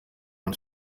man